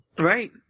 Right